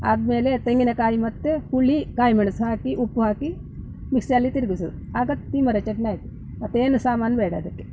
ಆದಮೇಲೆ ತೆಂಗಿನಕಾಯಿ ಮತ್ತು ಹುಳಿ ಕಾಯಿ ಮೆಣಸು ಹಾಕಿ ಉಪ್ಪು ಹಾಕಿ ಮಿಕ್ಸಿಯಲ್ಲಿ ತಿರ್ಗಿಸೋದು ಆಗ ತಿಮರೆ ಚಟ್ನಿ ಆಯ್ತು ಮತ್ತೇನು ಸಾಮಾನು ಬೇಡ ಅದಕ್ಕೆ